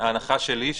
ההנחה שלי,